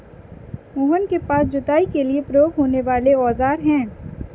मोहन के पास जुताई के लिए प्रयोग होने वाले औज़ार है